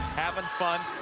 having fun,